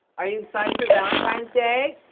are you excited for valentine's day?